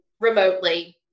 remotely